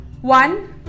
one